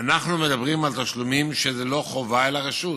אנחנו מדברים על תשלומים, שזה לא חובה, אלא רשות.